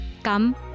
come